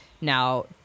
Now